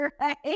right